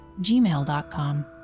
gmail.com